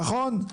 נכון?